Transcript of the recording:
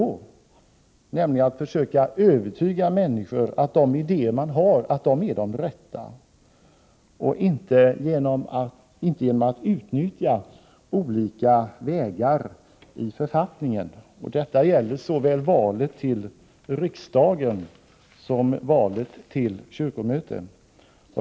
Det gäller nämligen att försöka övertyga människor om att de idéer man har är de rätta och inte att utnyttja olika möjligheter i författningen. Det gäller såväl val till riksdagen som val till kyrkomöte.